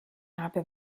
habe